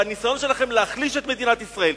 והניסיון שלכם להחליש את מדינת ישראל,